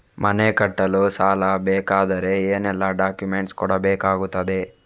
ಮನೆ ಕಟ್ಟಲು ಸಾಲ ಸಿಗಬೇಕಾದರೆ ಏನೆಲ್ಲಾ ಡಾಕ್ಯುಮೆಂಟ್ಸ್ ಕೊಡಬೇಕಾಗುತ್ತದೆ?